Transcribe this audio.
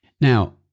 Now